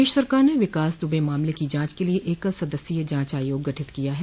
प्रदेश सरकार ने विकास दुबे मामले की जांच के लिए एकल सदस्यीय जांच आयोग गठित किया है